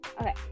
Okay